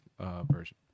version